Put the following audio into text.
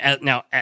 Now